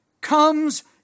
comes